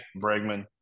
Bregman